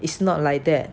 is not like that